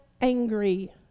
angry